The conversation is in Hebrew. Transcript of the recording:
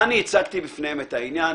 אני הצגתי בפניהם את העניין,